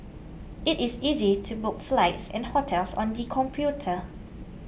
it is easy to book flights and hotels on the computer